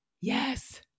Yes